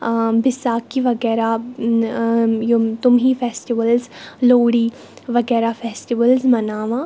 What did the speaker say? بیساکی وغیرہ یِم تِم ہِوِۍ فیسٹِوَلٕز لوڑی وغیرہ فیسٹِوَلٕز مَناوان